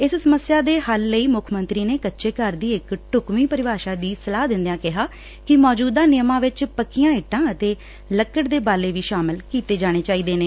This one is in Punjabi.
ਇਸ ਸਮੱਸਿਆ ਦੇ ਹੱਲ ਲਈ ਮੁੱਖ ਮੰਤਰੀ ਨੇ ਕੱਚੇ ਘਰ ਦੀ ਇੱਕ ਢੁੱਕਵੀ ਪਰਿਭਾਸ਼ਾ ਦੀ ਸਲਾਹ ਦਿੰਦਿਆਂ ਕਿਹਾ ਕਿ ਮੌਜੂਦਾ ਨਿਯਮਾਂ ਵਿੱਚ ਪੱਕੀਆਂ ਇੱਟਾਂ ਅਤੇ ਲੱਕੜ ਦੇ ਬਾਲੇ ਵੀ ਸ਼ਾਮਲ ਕੀਤੇ ਜਾਣੇ ਚਾਹੀਦੇ ਨੇ